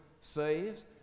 saves